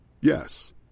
Yes